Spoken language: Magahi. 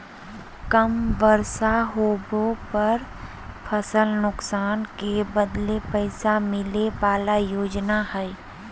कम बर्षा होबे पर फसल नुकसान के बदले पैसा मिले बला योजना हइ